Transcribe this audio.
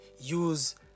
use